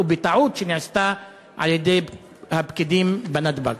ובטעות שנעשתה על-ידי הפקידים בנתב"ג?